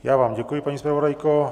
Já vám děkuji, paní zpravodajko.